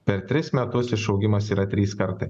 per tris metus išaugimas yra trys kartai